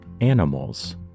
animals